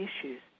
issues